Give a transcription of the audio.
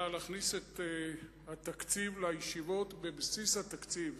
להכניס את התקציב לישיבות בבסיס התקציב,